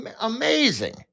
Amazing